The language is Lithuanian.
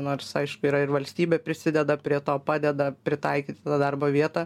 nors aišku yra ir valstybė prisideda prie to padeda pritaikyt darbo vietą